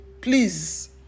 please